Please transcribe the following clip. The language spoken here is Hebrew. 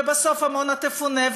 ובסוף עמונה תפונה,